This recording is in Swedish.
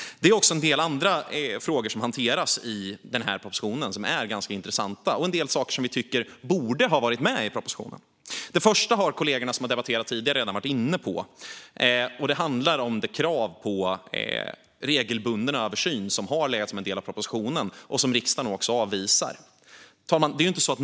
Det är också en del andra frågor som hanteras i den här propositionen som är ganska intressanta och en del saker som vi tycker borde ha varit med i propositionen. Den första har kollegorna som har debatterat tidigare redan varit inne på. Det handlar om det krav på regelbunden översyn som har legat som en del av propositionen och som riksdagen nu också avvisar. Fru talman!